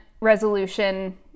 resolution